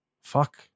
Fuck